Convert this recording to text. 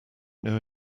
know